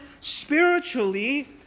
spiritually